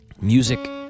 music